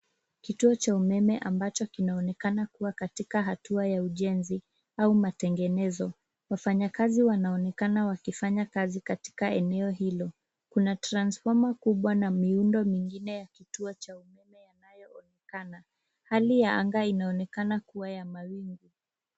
Kituo cha umeme ambacho kinaonekana kuwa katika hatua ya ujenzi au matengenezo. Wafanyikazi wanaonekana wakifanya kazi katika eneo hilo. Kuna transformer kubwa na miundo mingine ya kituo cha umeme yanayoonekana. Hali ya anga inaonekana kuwa ya mawingu.